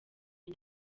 ibi